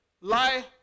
lie